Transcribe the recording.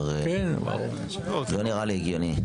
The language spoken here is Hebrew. זה לא נראה לי הגיוני.